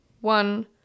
one